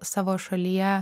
savo šalyje